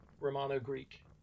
romano-greek